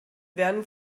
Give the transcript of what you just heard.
werden